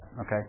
Okay